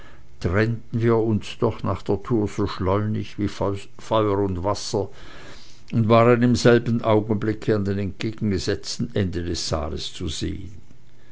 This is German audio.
trennten wir uns doch nach der tour so schleunig wie feuer und wasser und waren in selbem augenblicke an den entgegengesetzten enden des saales zu sehen